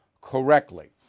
correctly